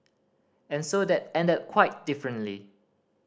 and so that ended quite differently